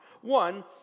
One